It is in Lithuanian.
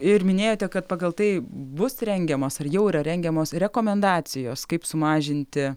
ir minėjote kad pagal tai bus rengiamos ar jau yra rengiamos rekomendacijos kaip sumažinti